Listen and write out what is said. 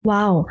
Wow